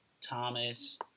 Thomas